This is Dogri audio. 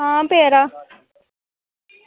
आं प्यारा